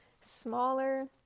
smaller